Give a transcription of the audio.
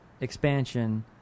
expansion –